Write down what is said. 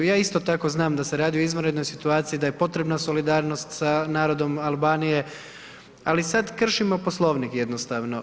Ja isto tako znam da se radi o izvanrednoj situaciji, da je potrebna solidarnost sa narodom Albanije, ali sada kršimo Poslovnik jednostavno.